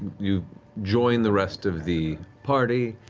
you've joined the rest of the party,